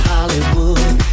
Hollywood